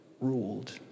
ruled